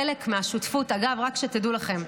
חלק מהשותפות, אגב, רק שתדעו לכם,